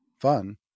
fun